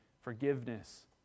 forgiveness